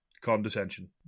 condescension